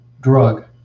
drug